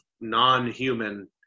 non-human